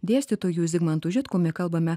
dėstytoju zigmantu žitkumi kalbame